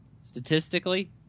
statistically